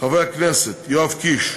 חברי הכנסת יואב קיש,